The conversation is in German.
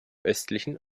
östlichen